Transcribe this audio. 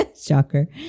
shocker